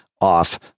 off